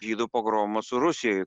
žydų pogromus rusijoj